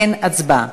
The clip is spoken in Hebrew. אין הצבעה.